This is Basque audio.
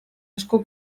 asko